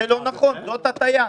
זה לא נכון זאת הטעייה.